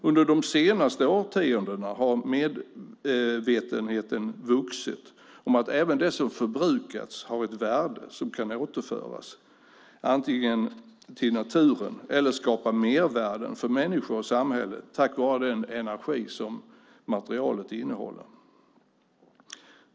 Under de senaste årtiondena har medvetenheten vuxit om att även det som förbrukats har ett värde som antingen kan återföras till naturen eller skapa mervärden för människor och samhällen tack vare den energi som materialet innehåller.